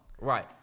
Right